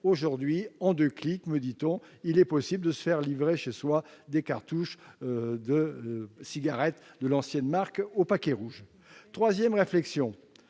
Aujourd'hui, en deux clics, me dit-on, il est possible de se faire livrer chez soi des cartouches de cigarettes de l'ancienne marque au paquet rouge. Troisième réflexion